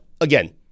again